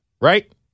right